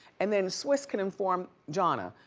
and then swizz can inform jahna?